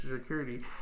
security